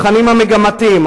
התכנים המגמתיים,